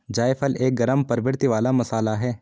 जायफल एक गरम प्रवृत्ति वाला मसाला है